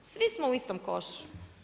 Svi smo u istom košu.